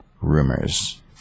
rumors